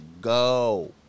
go